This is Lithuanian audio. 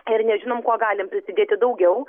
ir nežinom kuo galim prisidėti daugiau